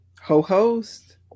Ho-host